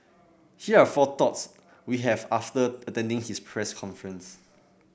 here are four thoughts we have after attending his press conference